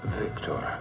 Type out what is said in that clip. victor